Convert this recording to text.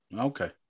okay